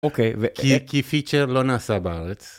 אוקיי. וכי, כי פיצ'ר לא נעשה בארץ.